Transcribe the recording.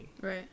Right